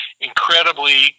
incredibly